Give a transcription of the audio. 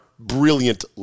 Brilliant